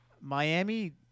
Miami